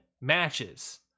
matches